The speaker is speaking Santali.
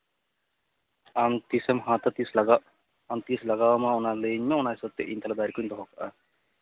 ᱟᱢ ᱛᱤᱸᱥᱮᱢ ᱦᱟᱛᱟᱣᱟ ᱛᱤᱸᱥ ᱞᱟᱜᱟᱜ ᱟᱢ ᱛᱤᱸᱥ ᱞᱟᱜᱟᱣ ᱟᱢᱟ ᱚᱱᱟ ᱞᱟᱹᱭᱟᱹᱧ ᱢᱮ ᱚᱱᱟ ᱦᱤᱥᱟᱹᱵ ᱛᱮ ᱤᱧ ᱛᱟᱦᱚᱞᱮ ᱫᱟᱨᱮ ᱠᱚᱧ ᱫᱚᱦᱚ ᱠᱟᱜᱼᱟ